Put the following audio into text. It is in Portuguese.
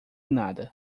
nada